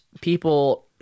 people